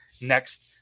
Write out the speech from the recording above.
next